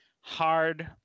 hard